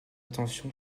attention